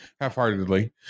half-heartedly